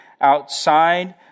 outside